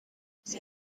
sie